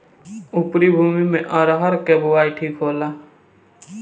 उपरी भूमी में अरहर के बुआई ठीक होखेला?